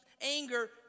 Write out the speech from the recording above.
anger